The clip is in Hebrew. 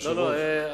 לא, לא,